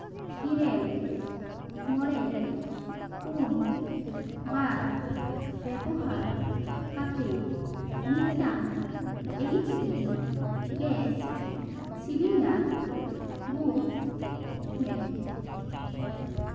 ᱤᱨᱮᱞ ᱢᱚᱬᱮ ᱯᱩᱱ ᱵᱟᱨ ᱵᱮᱵᱚᱦᱟᱨ ᱠᱟᱛᱮ ᱢᱤᱫᱴᱟᱝ HP gas cylinder book ᱢᱮ